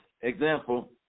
example